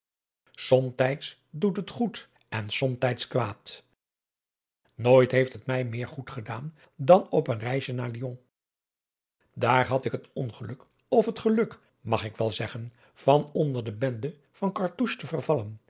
somtijds doet het goed en somtijds kwaad nooit heeft het mij meer goed gedaan dan op een reisje naar lyon daar had ik het ongeluk of het geluk mag ik wel zeggen van onder de bende van cartouche te vervallen